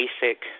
basic